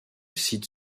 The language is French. site